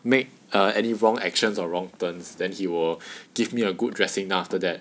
make err any wrong actions or wrong turns then he will give me a good dressing down after that